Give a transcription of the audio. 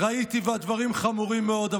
ראיתי, והדברים חמורים מאוד.